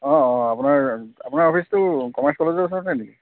অঁ অঁ আপোনাৰ আপোনাৰ অফিচটো কমাৰ্চ কলেজৰ ওচৰতে নেকি